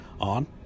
on